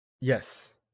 Yes